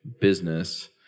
business